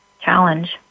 challenge